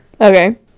okay